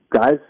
guys